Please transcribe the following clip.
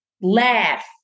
Laugh